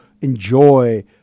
enjoy